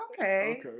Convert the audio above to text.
Okay